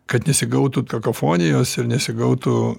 kad nesigautų kakofonijos ir nesigautų